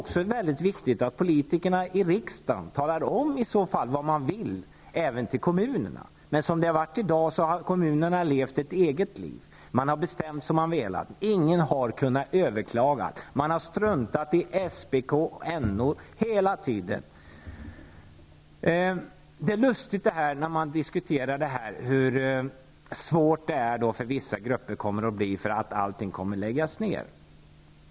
Det är viktigt att politikerna i riksdagen talar om för kommunerna vad riksdagens vilja är. Men nu har kommunerna levt ett eget liv, och de har bestämt själva. Ingen har kunnat överklaga. Kommunerna har hela tiden struntat i När dessa frågor diskuteras talas det mycket om hur svårt det kommer att bli för vissa grupper när allt tvingas att läggas ned.